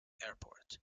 airport